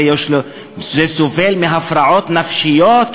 שהוא סובל מהפרעות נפשיות,